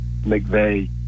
McVeigh